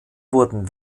wurden